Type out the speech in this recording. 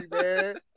man